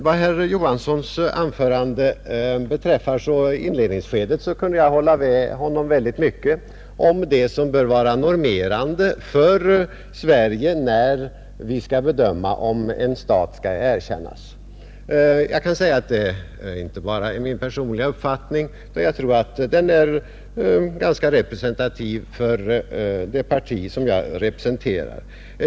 Vad beträffar det anförande som herr Olof Johansson i Stockholm höll kunde jag i stor utsträckning hålla med honom om vad som bör vara normerande när vi skall bedöma, om Sverige bör erkänna en stat. Detta är inte bara min personliga uppfattning, utan jag tror att den är ganska representativ för det parti som jag företräder.